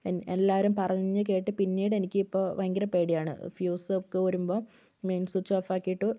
അപ്പോൾ എല്ലാവരും പറഞ്ഞു കേട്ട് പിന്നീട് എനിക്കിപ്പോൾ ഭയങ്കര പേടിയാണ് ഫ്യൂസൊക്കെ ഊരുമ്പോൾ മെയിൻ സ്വിച്ച് ഓഫാക്കിയിട്ടു